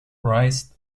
rice